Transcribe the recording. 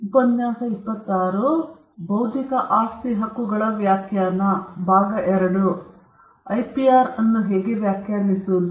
ವಿಷಯವು ಪುನರಾವರ್ತನೆಯಾಗಬಹುದು ಎಂದು ನಾವು ನೋಡಿದ್ದೇವೆ ಅದನ್ನು ಪುನರಾವರ್ತಿಸಬಹುದು